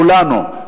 כולנו,